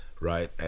Right